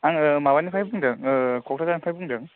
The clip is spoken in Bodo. आङो माबानिफ्राय बुंदों क'क्राझारनिफ्राय बुंदों